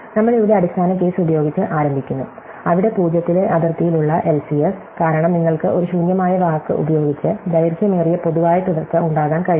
നമ്മൾ ഇവിടെ അടിസ്ഥാന കേസ് ഉപയോഗിച്ച് ആരംഭിക്കുന്നു അവിടെ 0 ലെ അതിർത്തിയിലുള്ള എൽസിഎസ് കാരണം നിങ്ങൾക്ക് ഒരു ശൂന്യമായ വാക്ക് ഉപയോഗിച്ച് ദൈർഘ്യമേറിയ പൊതുവായ തുടർച്ച ഉണ്ടാകാൻ കഴിയില്ല